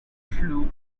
flue